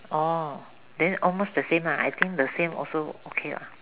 oh then almost the same ah I think the same also okay lah